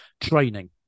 training